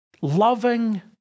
loving